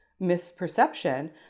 misperception